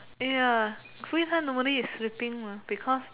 ya free time normally is sleeping because